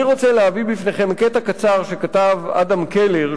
אני רוצה להביא בפניכם קטע קצר שכתב אדם קלר,